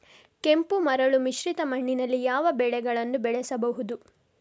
ಕೆಂಪು ಮರಳು ಮಿಶ್ರಿತ ಮಣ್ಣಿನಲ್ಲಿ ಯಾವ ಬೆಳೆಗಳನ್ನು ಬೆಳೆಸಬಹುದು?